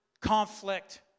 conflict